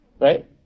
right